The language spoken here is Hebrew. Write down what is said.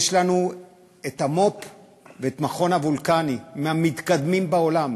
יש לנו מו"פ ואת מכון וולקני, מהמתקדמים בעולם,